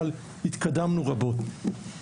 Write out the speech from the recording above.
אבל התקדמנו רבות.